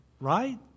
Right